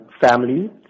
family